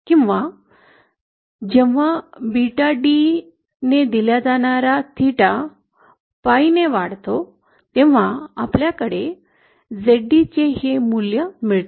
किंवा जेव्हा theta beta D ने दिल्या जाणारा pi ने वाढतो तेव्हा आपल्याला Zd चे ही मूल्य मिळते